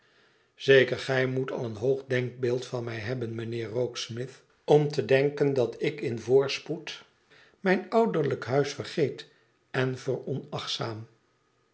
zeker gij moet al een hoog denkbeeld van mij hebben mijnheer rokesmith om te denken dat ik in voorspoed mijn ouderlijk huis vergeet en veronachtzaam